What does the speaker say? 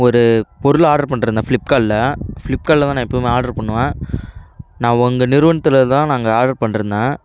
ஒரு பொருள் ஆட்ரு பண்ணிட்டுருந்தேன் ஃப்ளிப்கார்ட்டில் ஃப்ளிப்கார்ட்டில் தான் நான் எப்போவுமே ஆட்ரு பண்ணுவேன் நான் உங்கள் நிறுவனத்தில் தான் நாங்கள் ஆட்ரு பண்ணிட்டுருந்தேன்